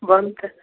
बनतै